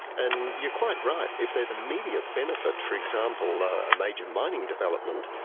and you're quite right, if there's immediate benefit, for example a major mining development,